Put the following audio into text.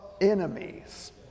enemies